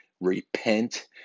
repent